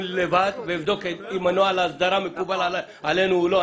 לבד ואבדוק אם נוהל ההסדרה מקובל עלינו או לא,